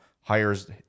hires